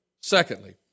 Secondly